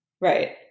Right